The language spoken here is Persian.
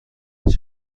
این